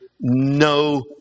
no